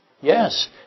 Yes